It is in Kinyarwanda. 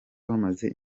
bamaze